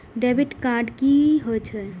Debit card की होय छेय?